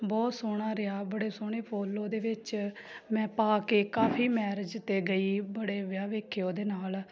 ਬਹੁਤ ਸੋਹਣਾ ਰਿਹਾ ਬੜੇ ਸੋਹਣੇ ਫੁੱਲ ਉਹਦੇ ਵਿੱਚ ਮੈਂ ਪਾ ਕੇ ਕਾਫ਼ੀ ਮੈਰਿਜ 'ਤੇ ਗਈ ਬੜੇ ਵਿਆਹ ਵੇਖੇ ਉਹਦੇ ਨਾਲ